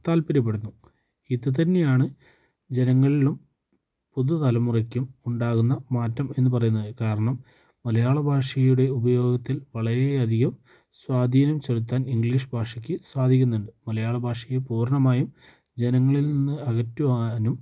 താല്പര്യപ്പെടുന്നു ഇത് തന്നെയാണ് ജനങ്ങളിലും പുതു തലമുറയ്ക്കും ഉണ്ടാകുന്ന മാറ്റം എന്നു പറയുന്നത് കാരണം മലയാള ഭാഷയുടെ ഉപയോഗത്തിൽ വളരെ അധികം സ്വാധീനം ചെലുത്താൻ ഇംഗ്ലീഷ് ഭാഷയ്ക്ക് സാധിക്കുന്നുണ്ട് മലയാള ഭാഷയെ പൂർണ്ണമായും ജനങ്ങളിൽ നിന്ന് അകറ്റുവാനും